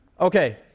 Okay